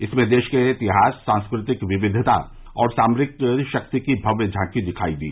इसमें देश के इतिहास सांस्कृतिक विक्विता और सामरिक शक्ति की भव्य झांकी दिखाई दी